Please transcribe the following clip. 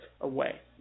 away